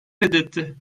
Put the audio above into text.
reddetti